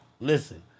Listen